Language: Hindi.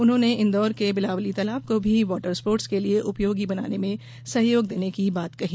उन्होंने इंदौर के बिलावली तालाब को भी वाटर स्पोर्टस के लिए उपयोगी बनाने में सहयोग देने की बात कही